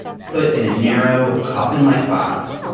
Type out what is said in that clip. put in a narrow coffin-like box,